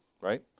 right